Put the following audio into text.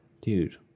dude